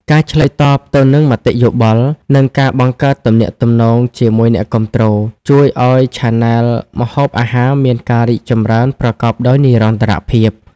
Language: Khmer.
ការឆ្លើយតបទៅនឹងមតិយោបល់ និងការបង្កើតទំនាក់ទំនងជាមួយអ្នកគាំទ្រ ជួយឱ្យឆានែលម្ហូបអាហារមានការរីកចម្រើនប្រកបដោយនិរន្តរភាព។